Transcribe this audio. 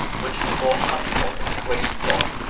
which we more hunt for than the grace of god!